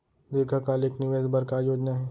दीर्घकालिक निवेश बर का योजना हे?